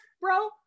bro